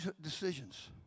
decisions